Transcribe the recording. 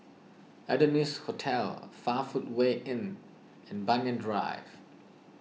Adonis Hotel five Footway Inn and Banyan Drive